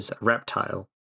reptile